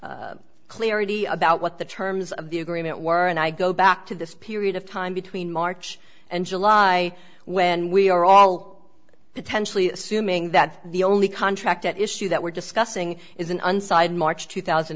more clarity about what the terms of the agreement were and i go back to this period of time between march and july when we are all potentially assuming that the only contract at issue that we're discussing is an unsigned march two thousand